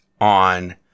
on